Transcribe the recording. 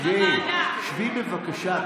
שבי, שבי, בבקשה.